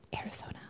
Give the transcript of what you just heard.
Arizona